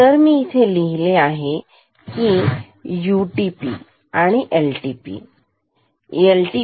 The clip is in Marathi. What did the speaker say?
तरइथे मी लिहिले UTP आणि इथे लिहिले LTP